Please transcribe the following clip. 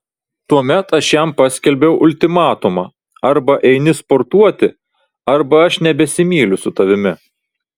tuomet aš jam paskelbiau ultimatumą arba eini sportuoti arba aš nebesimyliu su tavimi